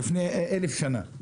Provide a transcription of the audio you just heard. לפני אלף שנה.